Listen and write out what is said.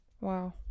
Wow